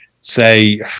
say